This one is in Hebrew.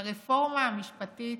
"הרפורמה המשפטית"